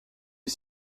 est